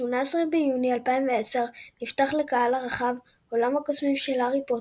ב-18 ביוני 2010 נפתח לקהל הרחב "עולם הקסמים של הארי פוטר"